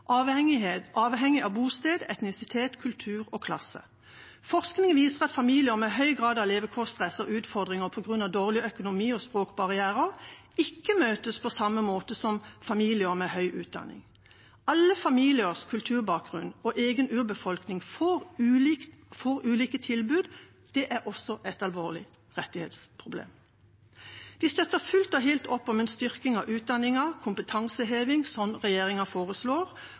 avhengig av bosted, etnisitet, kultur og klasse. Forskning viser at familier med høy grad av levekårsstress og utfordringer på grunn av dårlig økonomi og språkbarrierer ikke møtes på samme måte som familier med høy utdanning. At familier med ulik kulturbakgrunn og vår egen urbefolkning ikke får samme tilbud som andre, er også et alvorlig rettssikkerhetsproblem. Vi støtter fullt og helt opp om en styrking av utdanningen og kompetanseheving slik regjeringa foreslår,